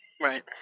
Right